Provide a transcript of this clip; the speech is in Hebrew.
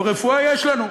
אבל רפואה יש לנו,